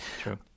true